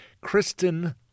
Kristen